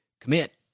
commit